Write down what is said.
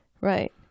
Right